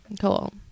cool